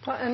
Jeg